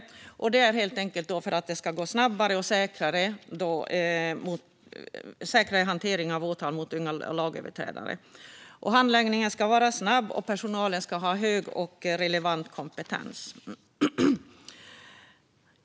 Det är helt enkelt för att det ska gå snabbare och vara en säkrare hantering av åtal mot unga lagöverträdare. Handläggningen ska vara snabb, och personalen ska ha hög och relevant kompetens.